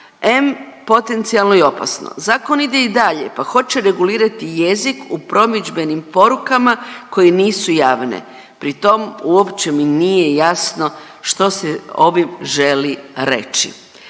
em potencijalno i opasno. Zakon ide i dalje pa hoće regulirati jezik u promidžbenim porukama koje nisu javne pri tom uopće mi nije jasno što se ovim želi reći,